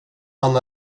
han